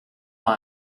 take